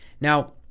Now